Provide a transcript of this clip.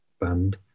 band